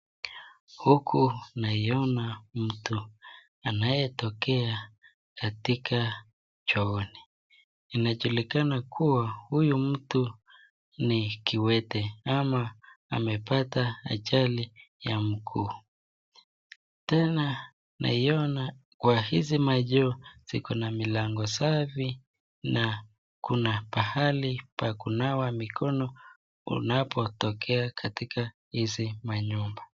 Huku naiona mtu anayetokea katika chooni , inajulikana kuwa huyu mtu ni kiwete ama amepata ajali ya mguu ,tena naiona kwa hizi machoo ziko na milango safi na kuna pahali pa kunawa mikono unapo tokea katika hizi manyumba.